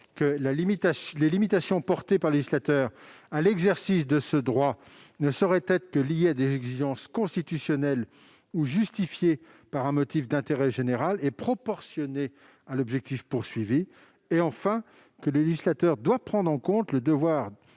que « les limitations portées par le législateur à l'exercice de ce droit ne sauraient être que liées à des exigences constitutionnelles ou justifiées par un motif d'intérêt général et proportionnées à l'objectif poursuivi. » Enfin, il a estimé que le législateur « doit prendre en compte,